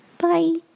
Bye